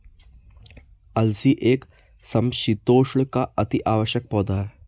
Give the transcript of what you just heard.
अलसी एक समशीतोष्ण का अति आवश्यक पौधा है